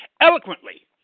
eloquently